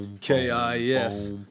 K-I-S